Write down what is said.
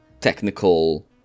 technical